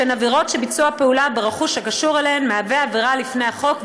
שהן עבירות שביצוע פעולה ברכוש הקשור להן מהווה עבירה לפי החוק,